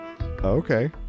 Okay